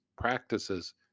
practices